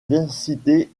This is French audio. densité